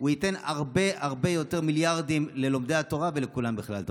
הוא ייתן הרבה הרבה יותר מיליארדים ללומדי התורה ולכולם בכלל.